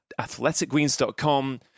athleticgreens.com